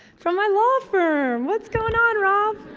from my law firm! what's going on rob?